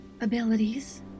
abilities